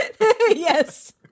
yes